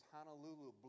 Honolulu